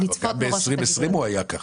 גם ב-2020 הוא היה כך.